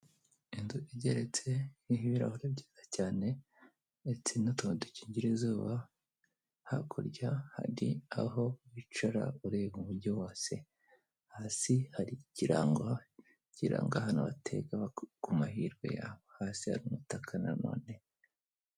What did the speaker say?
Inzu igeretse irimo ibirahure byiza cyane ndetse n'utuntu dukingira izuba, hakurya hari aho wicara ureba umujyi wose, hasi hari ikirango kiranga ahantu watega ku mahirwe yawe, hasi hari umutaka na none.